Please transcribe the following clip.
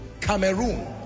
cameroon